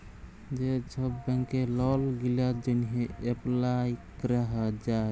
যে ছব ব্যাংকে লল গিলার জ্যনহে এপ্লায় ক্যরা যায়